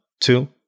two